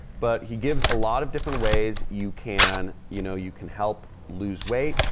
but he gives a lot of different ways you can you know, you can help lose weight.